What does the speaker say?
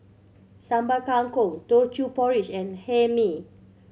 Sambal Kangkong Teochew Porridge and Hae Mee